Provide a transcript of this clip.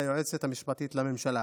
כולל היועצת המשפטית לממשלה.